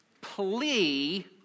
plea